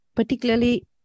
Particularly